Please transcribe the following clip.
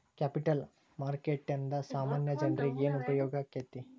Capital ಮಾರುಕಟ್ಟೇಂದಾ ಸಾಮಾನ್ಯ ಜನ್ರೇಗೆ ಏನ್ ಉಪ್ಯೊಗಾಕ್ಕೇತಿ?